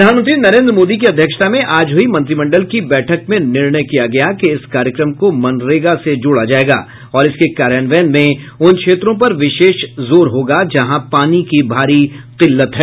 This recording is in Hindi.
प्रधानमंत्री नरेन्द्र मोदी की अध्यक्षता में आज हुई मंत्रिमंडल की बैठक में निर्णय किया गया कि इस कार्यक्रम को मनरेगा से जोड़ा जायेगा और इसके कार्यान्वयन में उन क्षेत्रों पर विशेष जोर होगा जहां पानी की भारी किल्लत है